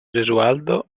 gesualdo